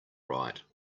right